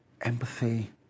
empathy